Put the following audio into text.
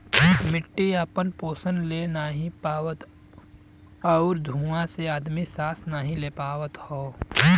मट्टी आपन पोसन ले नाहीं पावत आउर धुँआ से आदमी सांस नाही ले पावत हौ